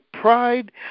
pride